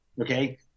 Okay